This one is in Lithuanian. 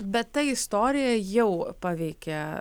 bet ta istorija jau paveikė